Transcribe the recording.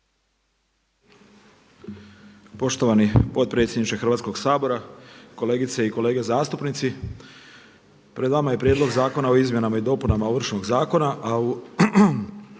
Poštovani potpredsjedniče Hrvatskog sabora, kolegice i kolege zastupnici. Pred vama je Prijedlog zakona o izmjenama i dopunama Ovršnog zakona, a u